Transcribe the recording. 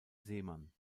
seemann